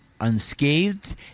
unscathed